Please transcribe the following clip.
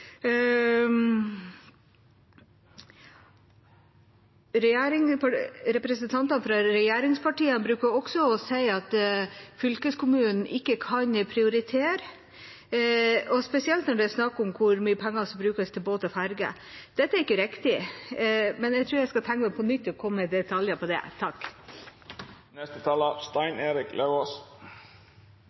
fra regjeringspartiene bruker også å si at fylkeskommunen ikke kan prioritere, og spesielt når det er snakk om hvor mye penger som brukes til båt og ferge. Dette er ikke riktig – men jeg tror jeg skal tegne meg på nytt for å komme med detaljer om det.